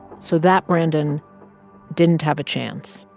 so that brandon didn't have a chance